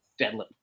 deadlift